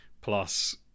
plus